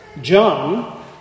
John